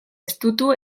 estutu